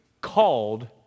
called